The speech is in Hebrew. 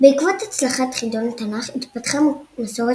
בעקבות הצלחת חידון התנ"ך התפתחה מסורת